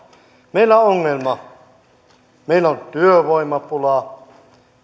meillä on ongelma meillä on työvoimapula